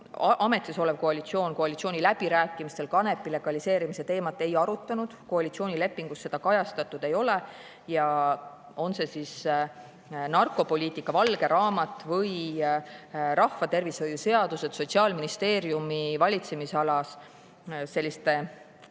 ametis olev koalitsioon koalitsiooniläbirääkimistel kanepi legaliseerimise teemat ei arutanud, koalitsioonilepingus seda kajastatud ei ole. On see siis narkopoliitika valge raamat või rahvatervishoiu seadused Sotsiaalministeeriumi valitsemisalas – selliste